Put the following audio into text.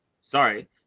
sorry